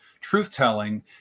truth-telling